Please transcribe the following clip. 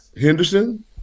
Henderson